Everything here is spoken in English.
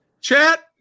chat